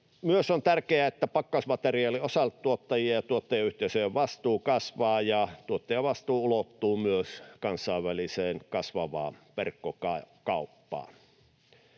on myös, että pakkausmateriaalien osalta tuottajien ja tuottajayhteisöjen vastuu kasvaa ja tuottajavastuu ulottuu myös kasvavaan kansainväliseen verkkokauppaan.